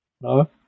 No